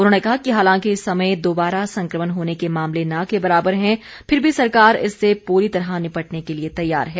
उन्होंने कहा कि हालांकि इस समय दोबारा संक्रमण होने के मामले न के बराबर हैं फिर भी सरकार इससे पूरी तरह निपटने के लिए तैयार है